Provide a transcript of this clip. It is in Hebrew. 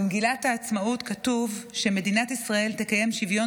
במגילת העצמאות כתוב שמדינת ישראל תקיים שוויון